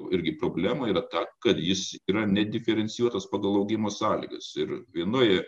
irgi problema yra ta kad jis yra nediferencijuotas pagal augimo sąlygas ir vienoje